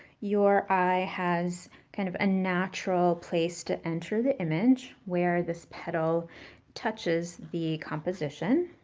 your eye has kind of a natural place to enter the image, where this petal touches the composition.